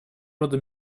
рода